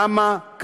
למה?